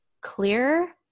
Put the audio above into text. clear